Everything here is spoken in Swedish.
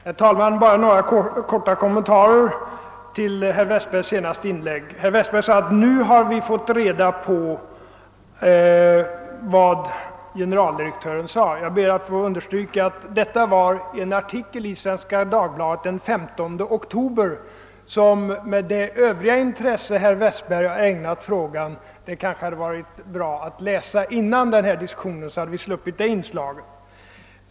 Herr talman! Bara några kortfattade kommentarer till herr Westbergs senaste inlägg! Herr Westberg sade att vi nu har fått reda på vad generaldirektören har sagt. Jag ber att få understryka att det stod i en artikel i Svenska Dagbladet den 15 oktober. Med tanke på det intresse som herr Westberg i övrigt har ägnat denna fråga kunde man ha väntat att han skulle ha läst artikeln före denna diskussion, så hade vi kanske sluppit detta inslag.